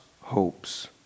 hopes